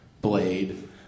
blade